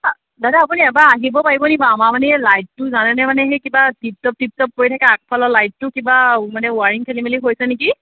দাদা আপুনি এবাৰ আহিব পাৰিব নেকি বাৰু আমাৰ মানে এই লাইটটো জানেনে মানে সেই কিবা টিপটপ টিপটপ কৰি থাকে আগফালৰ লাইটটো কিবা মানে ৱায়াৰিং খেলি মেলি হৈছে নেকি